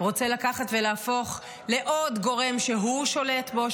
רוצה לקחת ולהפוך לעוד גורם שהוא שולט בו,